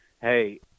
Hey